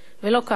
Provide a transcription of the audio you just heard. ולא כך הוא.